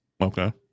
Okay